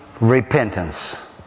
repentance